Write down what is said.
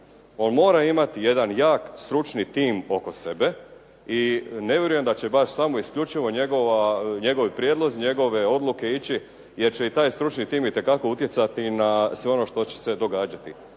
On mora imati jedan jak stručni tim oko sebe i ne vjerujem da će baš samo isključivo njegovi prijedlozi, njegove odluke ići jer će i taj stručni tim itekako utjecati na sve ono što će se događati.